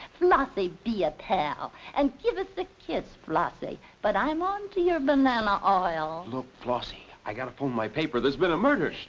flossy, be a pal, and give us a kiss, flossy. but i'm on to your banana oil. look, flossy, i gotta fill my paper. there's been a murder.